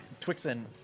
Twixen